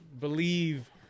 believe